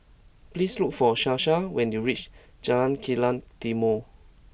please look for Sasha when you reach Jalan Kilang Timor